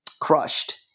crushed